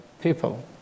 people